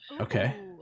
Okay